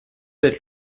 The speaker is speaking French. êtes